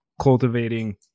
Cultivating